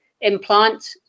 implant